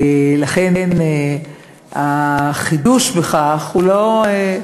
לכן החידוש בכך הוא לא,